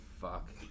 fuck